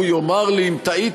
הוא יאמר לי אם טעיתי,